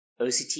OCT